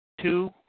Two